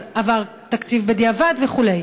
אז עבר תקציב בדיעבד וכו'.